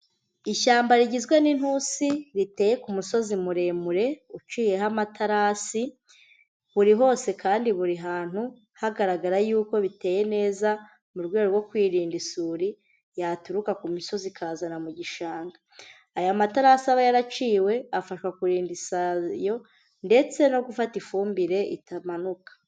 Ishyamba rigizwe n'intusi riteye ku musozi muremure, uciyeho amatarasi, buri hose kandi buri hantu, hagaragara yuko biteye neza, mu rwego rwo kwirinda isuri, yaturuka ku misozi ikazana mu gishanga. Aya matarasi aba yaraciwe, afashwa kurinda isayo, ndetse no gufata ifumbire itamanuka.